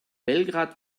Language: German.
belgrad